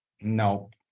Nope